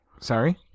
Sorry